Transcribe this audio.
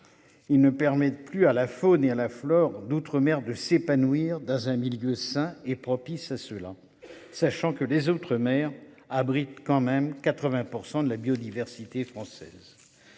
Ils ne permettent plus à la faune et à la fleur d'outre-mer de s'épanouir dans un milieu sain et propice à ceux-là, sachant que les outre-mer abrite quand même 80% de la biodiversité française.